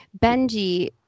Benji